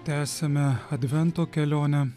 tęsiame advento kelionę